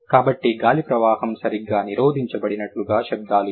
కాబట్టి గాలి ప్రవాహం సరిగ్గా నిరోధించబడినట్లుగా శబ్దాలు ఇవి